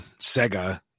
Sega